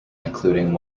including